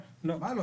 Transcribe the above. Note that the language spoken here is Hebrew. מה לא?